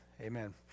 Amen